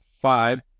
five